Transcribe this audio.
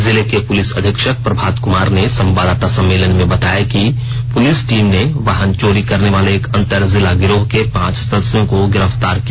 जिले के पुलिस अधीक्षक प्रभात कुमार ने संवाददाता सम्मेलन में बताया कि पुलिस टीम ने वाहन चोरी करने वाले एक अंतर जिला गिरोह के पांच सदस्यों को गिरफतार किया